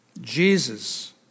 Jesus